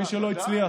מי שלא הצליח.